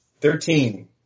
Thirteen